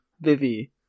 Vivi